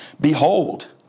Behold